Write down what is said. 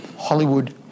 Hollywood